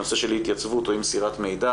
נושא של התייצבות או אי מסירת מידע,